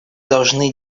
должны